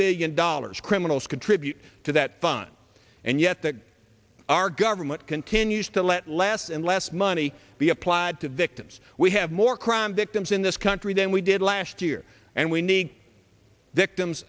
billion dollars criminals contribute to that fun and yet that our government continues to let less and less money be applied to victims we have more crime victims in this country than we did last year and we need victims